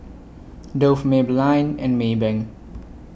Dove Maybelline and Maybank